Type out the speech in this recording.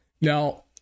Now